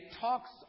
talks